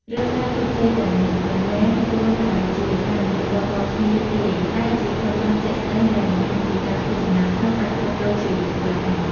រឿងរ៉ាវជោគជ័យទាំងនេះ មិនមែនគ្រាន់តែជាការនិយាយតៗគ្នាទេ តែជាភស្តុតាងជាក់ស្ដែងដែលបង្ហាញថាការធ្វើចំណាកស្រុកអាចផ្លាស់ប្ដូរជីវិតបាន។